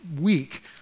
week